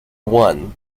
one